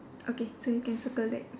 okay so you can circle that